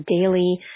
daily